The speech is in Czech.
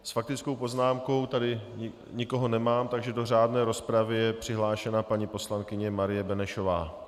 S faktickou poznámkou tady nikoho nemám, takže do řádné rozpravy je přihlášena paní poslankyně Marie Benešová.